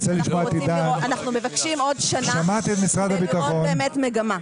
אנחנו מבקשים עוד שנה כדי לראות באמת מגמה.